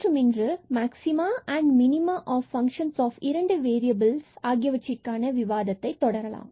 மற்றும் இன்று maxima minima of function of இரண்டு வேறியபில்ஸ் ஆகியவற்றுக்கான விவாதத்தை தொடரலாம்